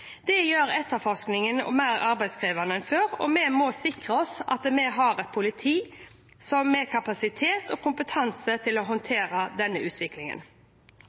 Det gjør etterforskningen mer arbeidskrevende enn før, og vi må sikre oss at vi har et politi som har kapasitet og kompetanse til å håndtere denne utviklingen.